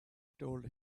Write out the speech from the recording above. told